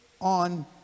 on